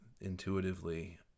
intuitively